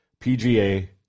PGA